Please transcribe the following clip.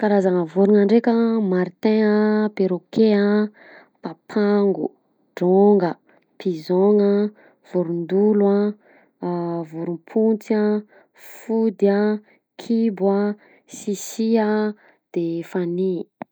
Karazagna vorogna ndreka a martin a, perroquet a, papango, dronga, pigeon-gna, vorodolo a, vorompontsy a, fody a, kibo a, sisia a, de ifania.